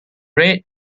red